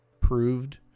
proved